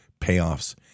payoffs